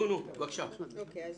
יש